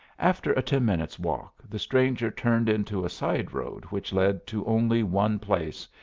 after a ten minutes' walk the stranger turned into a side road which led to only one place,